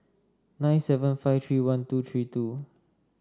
nine seven five three one two three two